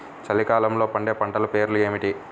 చలికాలంలో పండే పంటల పేర్లు ఏమిటీ?